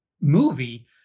movie